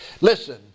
Listen